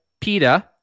PETA